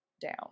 down